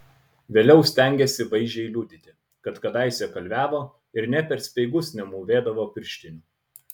vėliau stengėsi vaizdžiai liudyti kad kadaise kalviavo ir nė per speigus nemūvėdavo pirštinių